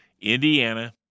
Indiana